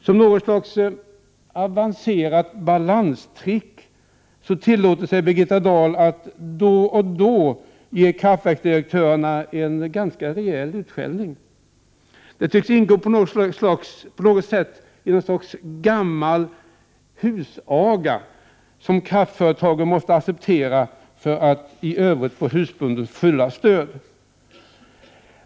Som ett slags avancerat balanstrick tillåter sig Birgitta Dahl att då och då ge kraftverksdirektörerna en ganska rejäl utskällning. Det tycks ingå som ett slags gammaldags husaga, som kraftföretagen måste acceptera för att i övrigt få ”husbondens” fulla stöd.